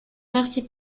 merci